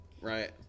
Right